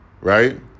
right